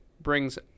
brings